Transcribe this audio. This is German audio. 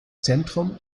zentrum